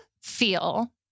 feel